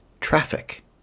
traffic